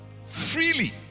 freely